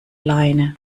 leine